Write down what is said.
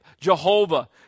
Jehovah